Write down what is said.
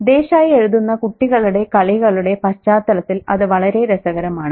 ദേശായി എഴുതുന്ന കുട്ടികളുടെ കളികളുടെ പശ്ചാത്തലത്തിൽ അത് വളരെ രസകരമാണ്